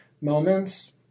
moments